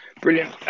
Brilliant